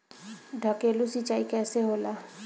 ढकेलु सिंचाई कैसे होला?